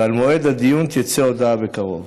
ועל מועד הדיון תצא הודעה בקרוב.